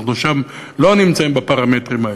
אנחנו שם לא נמצאים בפרמטרים האלה,